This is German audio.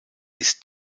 ist